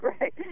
right